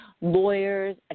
lawyers